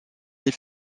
les